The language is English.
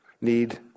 need